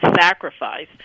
sacrifice